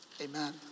Amen